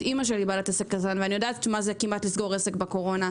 אמא שלי היא בעלת עסק ואני יודעת מה זה כמעט לסגור עסק בקורונה.